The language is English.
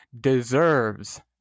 deserves